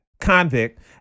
convict